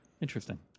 Interesting